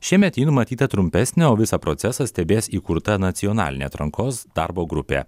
šiemet ji numatyta trumpesnė o visą procesą stebės įkurta nacionalinė atrankos darbo grupė